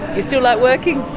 you still like working?